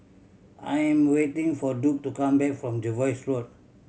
I am waiting for Duke to come back from Jervois Road